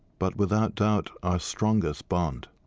but without doubt our strongest bond.